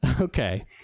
Okay